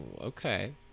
okay